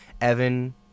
Evan